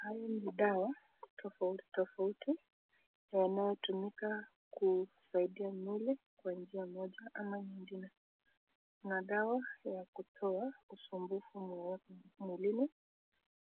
Hayo ni dawa tofauti tofauti yanayo tumika kusaidia mwili kwa njia moja au nyingine. Kuna dawa ya kutoa usumbufu mwilini